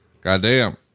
Goddamn